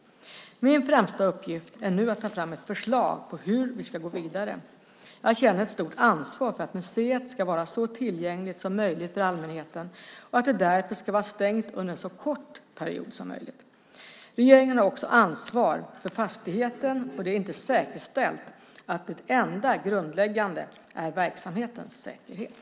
Min främsta uppgift är nu att ta fram ett förslag på hur vi ska gå vidare. Jag känner ett stort ansvar för att museet ska vara så tillgängligt som möjligt för allmänheten och att det därför ska vara stängt under en så kort period som möjligt. Regeringen har också ansvar för fastigheten, och det är inte säkerställt att det enda grundläggande är verksamhetens säkerhet.